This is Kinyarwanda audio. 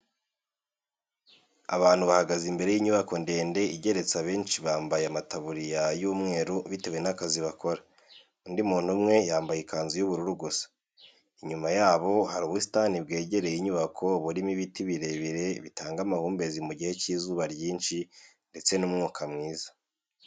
Abantu bahagaze imbere y'inyubako ndende igeretse abenshi bambaye amataburiya y'umweru bitewe n'akazi bakora, undi muntu umwe yambaye ikanzu y'ubururu gusa, inyuma yabo hari ubusitani bwegereye inyubako burimo ibiti birebire bitanga amahumbezi mu gihe cy'izuba ryinshi ndetse n'umwuka mwiza.